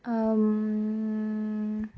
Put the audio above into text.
um